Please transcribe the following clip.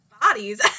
bodies